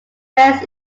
west